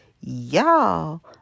y'all